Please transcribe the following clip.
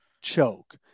choke